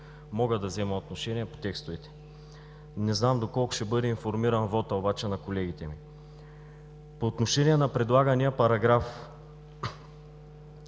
мога да взема отношение по текстовете. Не знам доколко ще бъде информиран обаче вота на колегите ми. По отношение на предлагания параграф.